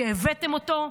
שהבאתם אותו,